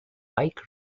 pike